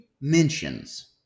mentions